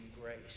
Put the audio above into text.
grace